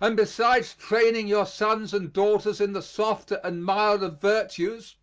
and besides training your sons and daughters in the softer and milder virtues,